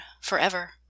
forever